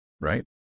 right